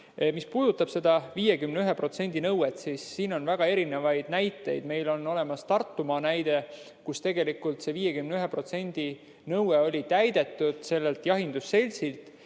Mis puudutab seda 51% nõuet, siis siin on väga erinevaid näiteid. Meil on olemas Tartumaa näide, kus see 51% nõue oli täidetud sellelt jahindusseltsilt